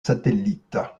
satellite